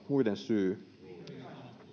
muiden syy